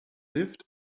lived